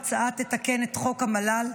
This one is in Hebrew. ההצעה תתקן את חוק המל"ל,